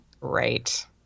right